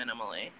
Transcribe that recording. minimally